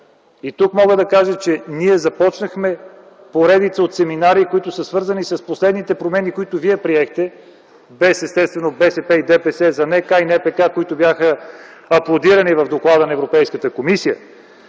И тук мога да кажа, че ние започнахме поредица от семинари, които са свързани с последните промени, които вие приехте, без естествено БСП и ДПС, за НК и НПК, които бяха аплодирани в Доклада на Европейската комисия.